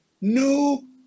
new